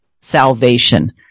salvation